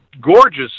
gorgeous